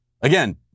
Again